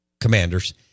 Commanders